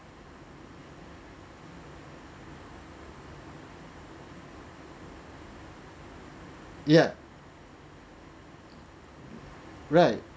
yeah right